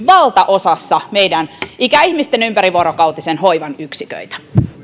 valtaosassa meidän ikäihmisten ympärivuorokautisen hoivan yksiköitä